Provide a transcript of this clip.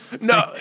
No